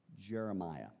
Jeremiah